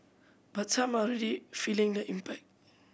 but some are already feeling the impact